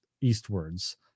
eastwards